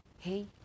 hey